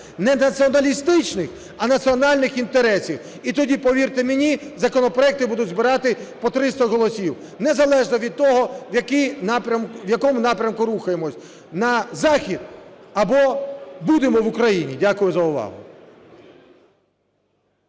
не націоналістичних, а національних інтересів. І тоді, повірте мені, законопроекти будуть збирати по 300 голосів, незалежно від того, в якому напрямку рухаємося: на захід або будемо в Україні. Дякую за увагу.